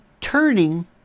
turning